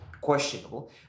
questionable